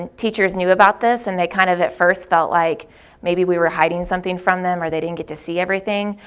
and teachers knew about this and they kind of at first felt like maybe we were hiding something from them or they didn't get to see everything,